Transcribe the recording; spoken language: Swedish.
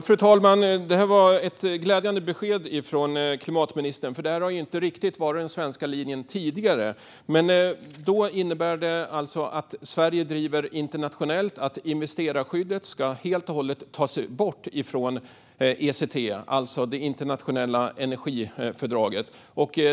Fru talman! Det var ett glädjande besked från klimatministern - detta har inte riktigt varit den svenska linjen tidigare. Det innebär alltså att Sverige driver internationellt att investerarskyddet helt och hållet ska tas bort från ECT, det internationella energifördraget.